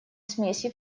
смеси